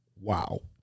Wow